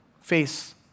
face